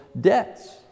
debts